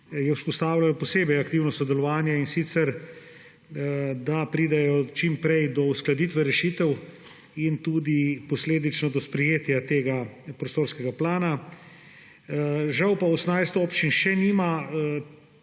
izpostavljeno posebej aktivno sodelovanje, in sicer da pridejo čimprej do uskladitve rešitev in tudi posledično do sprejetja tega prostorskega plana. Žal pa 18 občin še nima